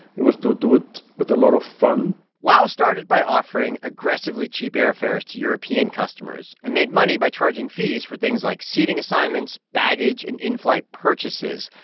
it was to do it with a lot of fun wow started by offering aggressively cheap airfares to european customers and made money by charging fees for things like seating assignments, baggage and in-flight purchases.